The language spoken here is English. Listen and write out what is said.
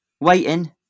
Waiting